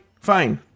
fine